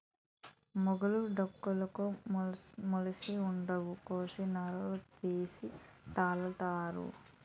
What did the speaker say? మొగులు డొంకలుకు మొలిసిన ఊడలు కోసి నారగా సేసి తాళల్లుతారు